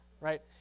right